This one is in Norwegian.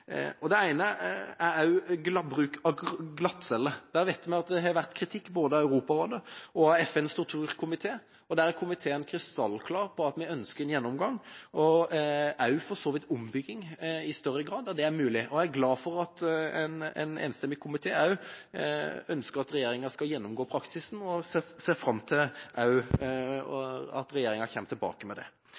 Det ene er bruken av glattcelle. Vi vet at det har vært kritikk fra både Europarådet og FNs torturkomité, og justiskomiteen er krystallklar på at en ønsker en gjennomgang og for så vidt også en ombygging i større grad, der det er mulig. Jeg er glad for at en enstemmig komité ønsker at regjeringa skal gjennomgå praksisen, og jeg ser fram til at regjeringa kommer tilbake med det.